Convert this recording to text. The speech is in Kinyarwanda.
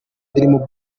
dream